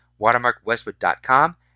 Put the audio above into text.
watermarkwestwood.com